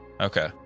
Okay